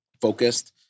focused